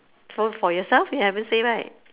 so for yourself you haven't say right